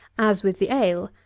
as with the ale,